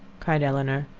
cried elinor,